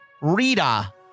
Rita